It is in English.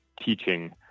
teaching